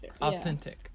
Authentic